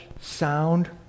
sound